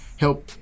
help